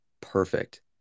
perfect